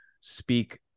speak